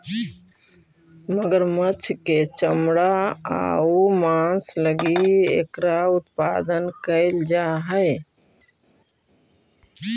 मगरमच्छ के चमड़ा आउ मांस लगी एकरा उत्पादन कैल जा हइ